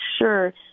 sure